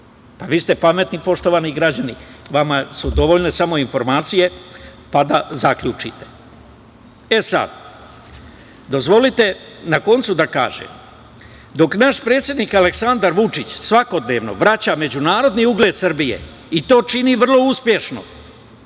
Vi ste pametni, poštovani građani, vama su dovoljne samo informacije, pa da zaključite. Dok naš predsednik Aleksandar Vučić svakodnevno vraća međunarodni ugled Srbije i to čini vrlo uspešno,